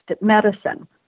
medicine